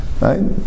right